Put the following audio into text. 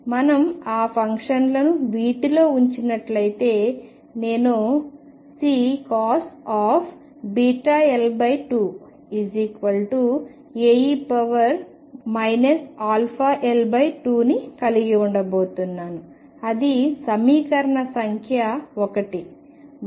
మనం ఆ ఫంక్షన్లను వీటిలో ఉంచినట్లయితే నేను C βL2 Ae αL2 ని కలిగి ఉండబోతున్నాను అది సమీకరణ సంఖ్య 1